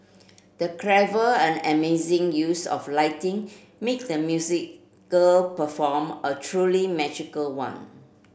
the clever and amazing use of lighting made the musical perform a truly magical one